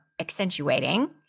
accentuating